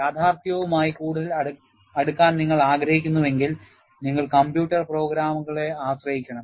യാഥാർത്ഥ്യവുമായി കൂടുതൽ അടുക്കാൻ നിങ്ങൾ ആഗ്രഹിക്കുന്നുവെങ്കിൽ നിങ്ങൾ കമ്പ്യൂട്ടർ പ്രോഗ്രാമുകളെ ആശ്രയിക്കണം